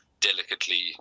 delicately